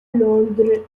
londres